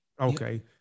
okay